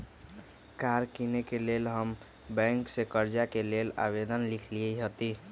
कार किनेके लेल हम बैंक से कर्जा के लेल आवेदन लिखलेए हती